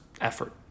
effort